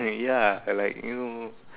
ya like you know